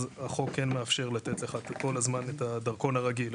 אז החוק כן מאפשר לתת לך את הדרכון הרגיל.